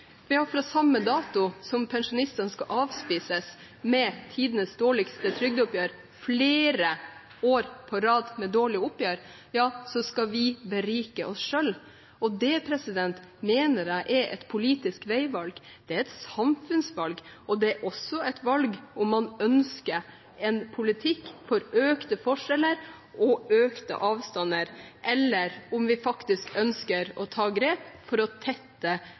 redusert kjøpekraft. Fra samme dato som pensjonistene skal avspises med tidenes dårligste trygdeoppgjør, etter flere år på rad med dårlige oppgjør, skal vi berike oss selv, og det mener jeg er et politisk veivalg, det er et samfunnsvalg, og det er også et valg om hvorvidt man ønsker en politikk for økte forskjeller og økte avstander eller om man faktisk ønsker å ta grep for å tette